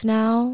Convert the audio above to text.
now